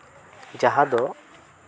ᱡᱟᱦᱟᱸ ᱫᱚ